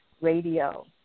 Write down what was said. Radio